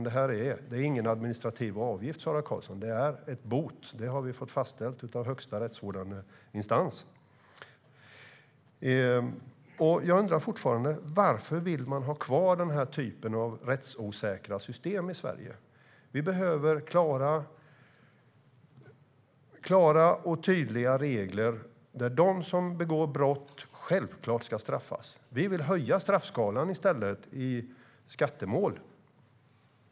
Det är inte fråga om en administrativ avgift, Sara Karlsson, utan det är en bot. Det har högsta rättsvårdande instans fastställt. Jag undrar fortfarande varför Socialdemokraterna vill ha kvar den typen av rättsosäkra system i Sverige. Sverige behöver klara och tydliga regler där de som begår brott självklart ska straffas. Sverigedemokraterna vill i stället höja straffskalan i skattemål.